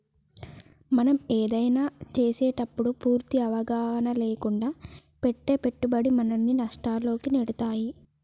మనం ఏదైనా చేసేటప్పుడు పూర్తి అవగాహన లేకుండా పెట్టే పెట్టుబడి మనల్ని నష్టాల్లోకి నెడతాయి